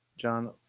John